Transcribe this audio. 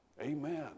Amen